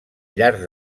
llarg